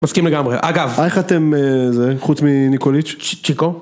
מסכים לגמרי, אגב איך אתם חוץ מניקוליץ' צ'יקו